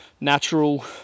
natural